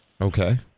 Okay